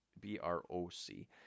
B-R-O-C